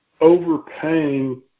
overpaying